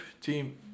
team